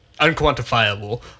unquantifiable